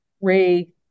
Ray